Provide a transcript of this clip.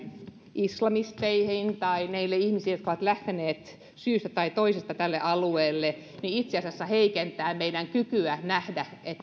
islamisteihin tai näihin ihmisiin jotka ovat lähteneet syystä tai toisesta tälle alueelle itse asiassa heikentää meidän kykyämme nähdä